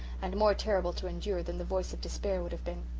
and more terrible to endure than the voice of despair would have been.